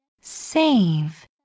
Save